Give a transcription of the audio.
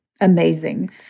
amazing